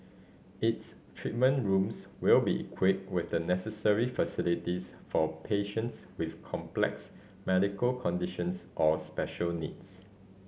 its treatment rooms will be equipped with the necessary facilities for patients with complex medical conditions or special needs